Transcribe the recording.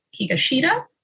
Higashida